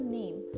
name